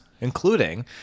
including